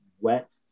wet